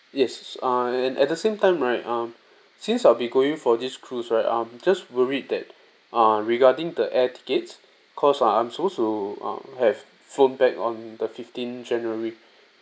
yes uh and and at the same time right um since I'll be going for this cruise right I'm just worried that uh regarding the air tickets cause uh I'm suppose to uh have flown back on the fifteen january